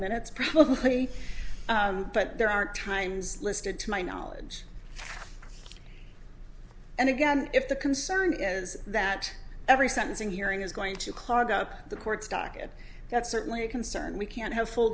minutes probably but there aren't times listed to my knowledge and again if the concern is that every sentencing hearing is going to clog up the court's docket that's certainly a concern we can't h